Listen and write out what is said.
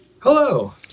Hello